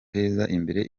imbere